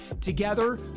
Together